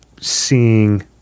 seeing